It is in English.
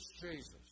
Jesus